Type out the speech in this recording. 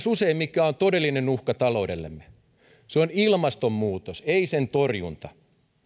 usein myös mikä on todellinen uhka taloudellemme se on ilmastonmuutos ei sen torjunta